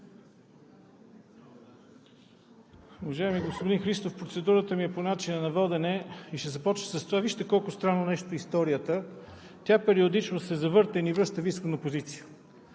Уважаеми господин Христов, процедурата ми е по начина на водене. Ще започна с това: вижте колко странно нещо е историята. Тя периодично се завърта и ни връща в изходна позиция.